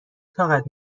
طاقت